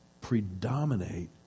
predominate